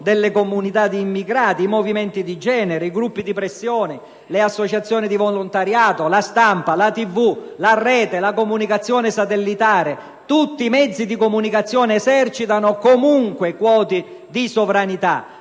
delle comunità di immigrati, ai movimenti di genere, ai gruppi di pressione, alle associazioni di volontariato, alla stampa, alla tv, alla Rete, alla comunicazione satellitare (tutti i mezzi di comunicazione esercitano comunque quote di sovranità).